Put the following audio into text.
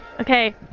Okay